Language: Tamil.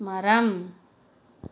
மரம்